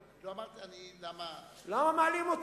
למה מעלים?